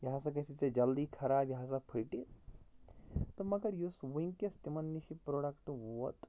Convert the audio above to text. یہِ ہَسا گژھِی ژےٚ جلدی خراب یہِ ہَسا پھُٹہِ تہٕ مگر یُس وُنکٮ۪س تِمَن نِش یہِ پرٛوڈَکٹہٕ ووت